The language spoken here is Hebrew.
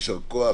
יישר כוח,